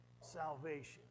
salvation